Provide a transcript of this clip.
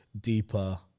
deeper